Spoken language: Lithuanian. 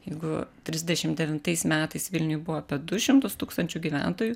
jeigu trisdešim devintais metais vilniuj buvo apie du šimtus tūkstančių gyventojų